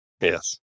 Yes